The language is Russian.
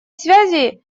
связи